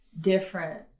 different